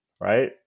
right